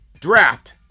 draft